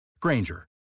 Granger